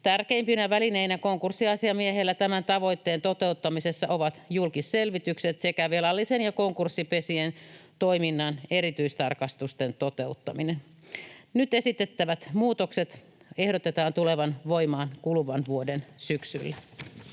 Tärkeimpinä välineinä konkurssiasiamiehellä tämän tavoitteen toteuttamisessa ovat julkisselvitykset sekä velallisen ja konkurssipesien toiminnan erityistarkastusten toteuttaminen. Nyt esitettävät muutokset ehdotetaan tulevan voimaan kuluvan vuoden syksyllä.